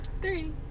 Three